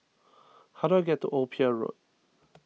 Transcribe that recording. how do I get to Old Pier Road